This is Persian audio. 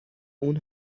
اون